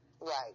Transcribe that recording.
Right